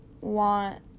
want